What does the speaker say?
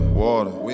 water